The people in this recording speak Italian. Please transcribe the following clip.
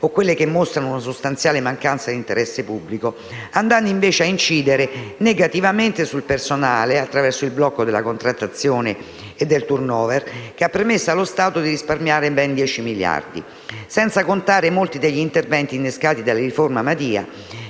o quelle che mostrano una sostanziale mancanza di interesse pubblico, andando invece ad incidere negativamente sul personale, attraverso il blocco della contrattazione e del *turnover* che ha permesso allo Stato di risparmiare ben dieci miliardi. Senza contare, poi, molti degli interventi innescati dalla riforma Madia